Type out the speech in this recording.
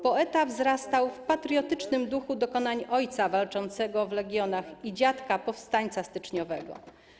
Poeta wzrastał w patriotycznym duchu dokonań ojca walczącego w legionach i dziadka, powstańca styczniowego.